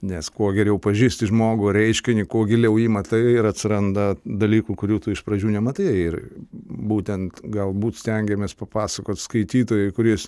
nes kuo geriau pažįsti žmogų reiškinį kuo giliau jį matai ir atsiranda dalykų kurių tu iš pradžių nematai ir būtent galbūt stengiamės papasakot skaitytojui kuris